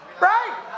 Right